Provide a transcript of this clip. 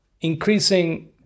increasing